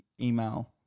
email